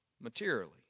materially